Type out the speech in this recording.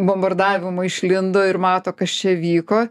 bombardavimo išlindo ir mato kas čia vyko